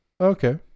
Okay